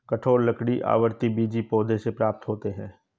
कठोर लकड़ी आवृतबीजी पौधों से प्राप्त होते हैं